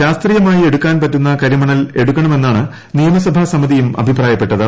ശാസ്ത്രീയമായി എടുക്കാൻ പറ്റുന്ന കരിമ്ണൂർ എടുക്കണമെന്നാണ് നിയമസഭാ സമിതിയും അഭിപ്രായപ്പെട്ടത്